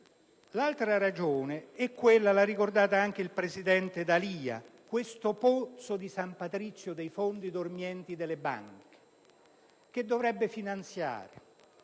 Un'altra ragione l'ha ricordata anche il presidente D'Alia: mi riferisco al pozzo di San Patrizio dei fondi dormienti delle banche che dovrebbe finanziare